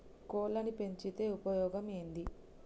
కోళ్లని పెంచితే ఉపయోగం ఏంది?